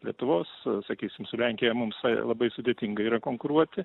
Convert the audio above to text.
lietuvos sakysim su lenkija mums labai sudėtinga yra konkuruoti